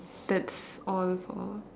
that's all for